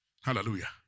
Hallelujah